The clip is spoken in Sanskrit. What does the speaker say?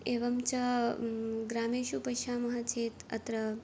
एवं च ग्रामेषु पश्यामः चेत् अत्र